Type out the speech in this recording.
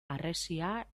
harresia